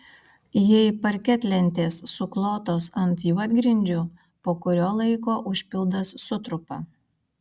jei parketlentės suklotos ant juodgrindžių po kurio laiko užpildas sutrupa